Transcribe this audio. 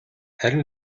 харин